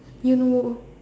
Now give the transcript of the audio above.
you know